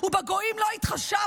ובגוים לא יתחַשָב".